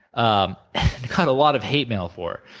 i got a lot of hate mail for